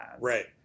Right